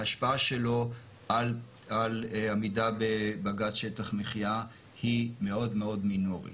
ההשפעה שלו על עמידה בבג"צ שטח מחיה היא מאוד מאוד מינורית.